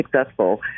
successful